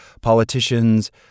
politicians